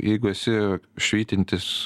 jeigu esi švytintis